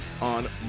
on